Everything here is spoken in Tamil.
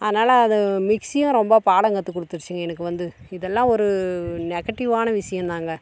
அதனால அது மிக்ஸியும் ரொம்ப பாடம் கற்று கொடுத்துடுச்சி எனக்கு வந்து இதெல்லாம் ஒரு நெகட்டிவான விஷயோதாங்க